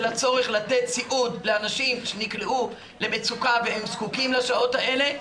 הצורך לתת סיעוד לאנשים שנקלעו למצוקה והם זקוקים לשעות האלה,